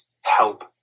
help